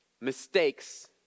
mistakes